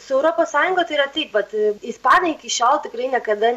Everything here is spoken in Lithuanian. su europos sąjunga tai yra taip vat ispanai iki šiol tikrai niekada